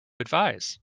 advise